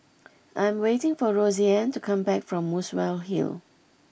I'm waiting for Roseann to come back from Muswell Hill